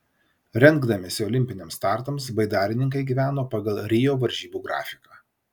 rengdamiesi olimpiniams startams baidarininkai gyveno pagal rio varžybų grafiką